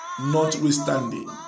notwithstanding